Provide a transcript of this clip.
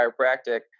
chiropractic